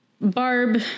Barb